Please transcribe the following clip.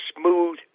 smooth